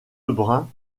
lebrun